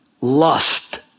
lust